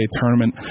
tournament